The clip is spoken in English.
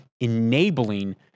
enabling